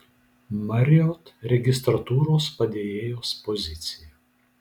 marriott registratūros padėjėjos pozicija